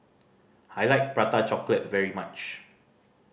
I like Prata Chocolate very much